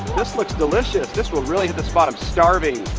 this looks delicious. this will really hit the spot. i'm starving.